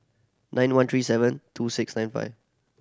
nine one three seven two six nine five